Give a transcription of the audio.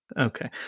Okay